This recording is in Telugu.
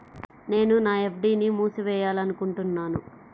నేను నా ఎఫ్.డీ ని మూసివేయాలనుకుంటున్నాను